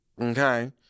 Okay